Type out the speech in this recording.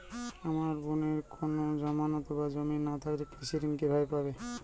আমার বোনের কোন জামানত বা জমি না থাকলে কৃষি ঋণ কিভাবে পাবে?